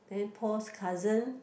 then Paul's cousin